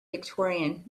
victorian